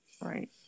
right